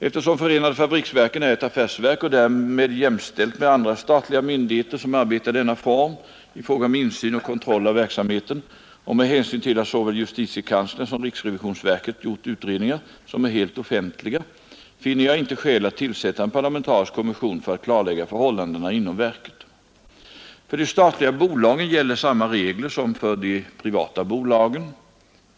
Eftersom förenade fabriksverken är ett affärsverk och därmed jämställt med andra statliga myndigheter som arbetar i denna form i fråga om insyn och kontroll av verksamheten och med hänsyn till att såväl justitiekanslern som riksrevisionsverket gjort utredningar, som är helt offentliga, finner jag inte skäl att tillsätta en parlamentarisk kommission för att klarlägga förhållandena inom verket. För de statliga bolagen gäller samma regler som för de privata bolagen.